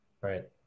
Right